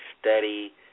steady